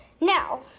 now